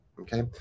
okay